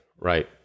Right